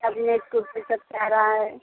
अभी एक फ़ीसद क्या रहा है